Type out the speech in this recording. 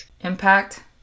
impact